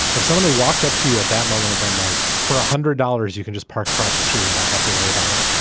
if someone who walked up to you at that moment about like for one ah hundred dollars, you can just park across the street and not have to worry about it.